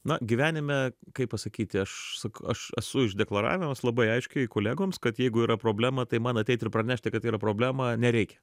na gyvenime kaip pasakyti aš sak aš esu išdeklaravimas labai aiškiai kolegoms kad jeigu yra problema tai man ateit ir pranešti kad yra problema nereikia